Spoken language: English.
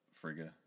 Frigga